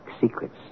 secrets